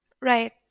Right